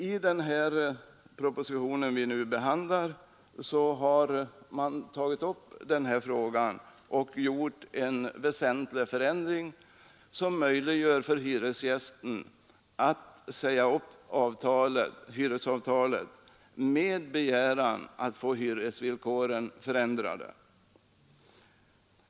I den proposition som vi nu behandlar har denna fråga tagits upp. Det föreslås nu en väsentlig förändring som möjliggör för hyresgästen att säga upp hyresavtalet med begäran att få hyresvillkoren ändrade.